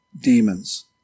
demons